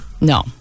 No